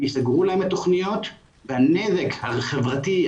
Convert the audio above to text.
ייסגרו להם התוכניות והנזק החברתי,